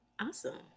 Awesome